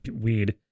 weed